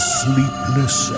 sleepless